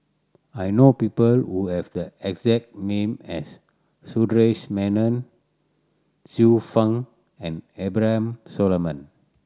I know people who have the exact name as Sundaresh Menon Xiu Fang and Abraham Solomon